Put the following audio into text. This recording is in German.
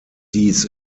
dies